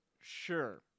Sure